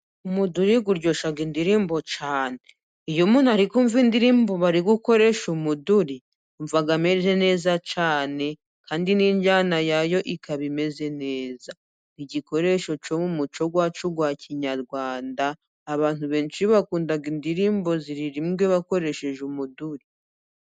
Umuduri uryosha indirimbo cyane, iyo umuntu ari kumva indirimbo bari gukoresha umuduri yumva amerewe neza cyane kandi n'injyana yayo ikaba imeze neza. Igikoresho cyo mu umuco wacu wa kinyarwanda, abantu benshi bakunda indirimbo ziririmbwe bakoresheje umuduri.